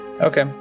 Okay